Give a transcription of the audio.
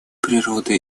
природы